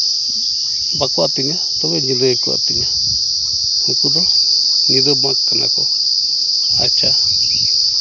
ᱵᱟᱠᱚ ᱟᱹᱛᱤᱧᱟ ᱛᱚᱵᱮ ᱧᱤᱫᱟᱹ ᱜᱮᱠᱚ ᱟᱹᱛᱤᱧᱟ ᱩᱱᱠᱩ ᱫᱚ ᱧᱤᱫᱟᱹ ᱵᱟᱠ ᱠᱟᱱᱟ ᱠᱚ ᱟᱪᱪᱷᱟ